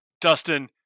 Dustin